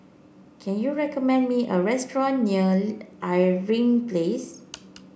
can you recommend me a restaurant near Irving Place